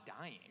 dying